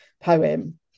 poem